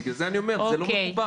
בגלל זה אני אומר שזה לא מקובל.